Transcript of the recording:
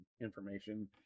information